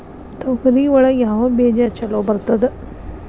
ತೊಗರಿ ಒಳಗ ಯಾವ ಬೇಜ ಛಲೋ ಬರ್ತದ?